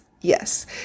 Yes